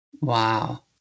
Wow